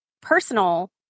personal